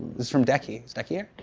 is from deki. is deki here?